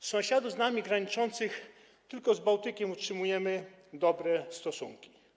Z sąsiadów z nami graniczących tylko z Bałtykiem utrzymujemy dobre stosunki.